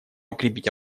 укрепить